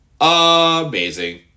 Amazing